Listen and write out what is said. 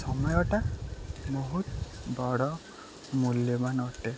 ସମୟଟା ବହୁତ ବଡ଼ ମୂଲ୍ୟବାନ ଅଟେ